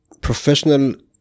professional